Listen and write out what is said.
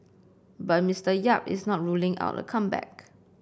but Mister Yap is not ruling out a comeback